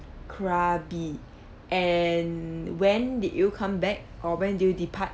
krabi and when did you come back or when did you depart